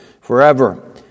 forever